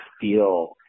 feel